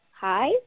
Hi